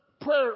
prayer